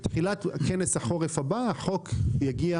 בתחילת כנס החורף הבא החוק יגיע,